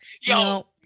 Yo